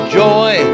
joy